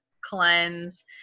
cleanse